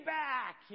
back